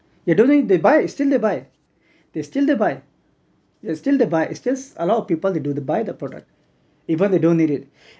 you don't think they buy still they buy they still they buy they still they buy it's just a lot of people they do they buy the product even they don't need it